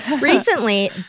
recently